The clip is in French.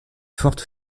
forte